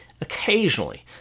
Occasionally